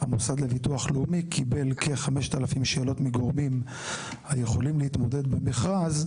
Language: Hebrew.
המוסד לביטוח לאומי קיבל כ-5,000 שאלות מגורמים היכולים להתמודד במכרז.